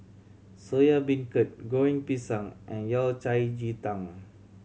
Soya Beancurd Goreng Pisang and Yao Cai ji tang